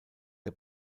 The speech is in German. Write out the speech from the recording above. der